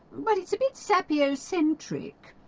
but it's a bit sapio-centric.